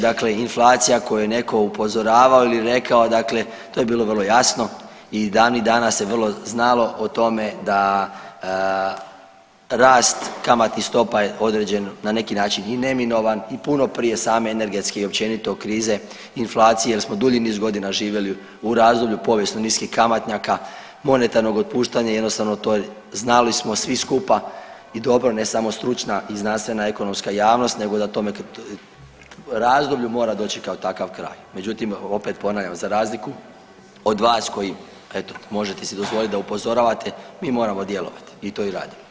Dakle, inflacija na koju je netko upozoravao ili rekao, dakle to je bilo vrlo jasno i davnih dana se vrlo znalo o tome da rast kamatnih stopa je određen na neki način i neminovan i puno prije same energetski općenito krize inflacije jer smo dulji niz godina živjeli u razdoblju povijesno niskih kamatnjaka, monetarnog otpuštanja i jednostavno znali smo svi skupa i dobro, ne samo stručna i znanstvena ekonomska javnost, nego da tome razdoblju mora doći kao takav kraj, međutim opet ponavljam, za razliku od vas koji eto, možete si dozvoliti da upozoravate, mi moramo djelovati i to i radimo.